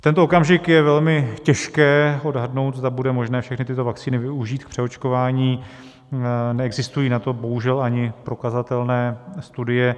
V tento okamžik je velmi těžké odhadnout, zda bude možné všechny tyto vakcíny využít k přeočkování, neexistují na to bohužel ani prokazatelné studie.